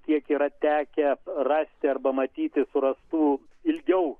kiek yra tekę rasti arba matyti surastų ilgiau